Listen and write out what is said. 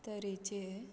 तरेचें